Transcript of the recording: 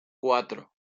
cuatro